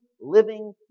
living